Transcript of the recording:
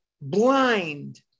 blind